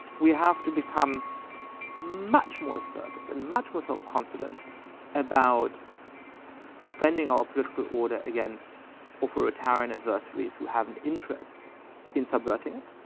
we have to become much more assertive and much more self-confident about defending our political order against authoritarian adversaries who have an interest in subverting it.